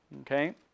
Okay